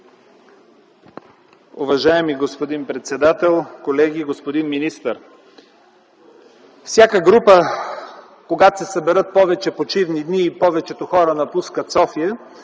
Уважаеми господин председател, колеги, господин министър! Всеки път, когато се съберат повече почивни дни, много хора напускат София